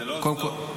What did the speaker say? זו לא סדום.